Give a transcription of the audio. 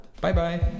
Bye-bye